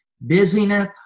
busyness